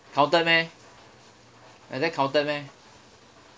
counted meh like that counted meh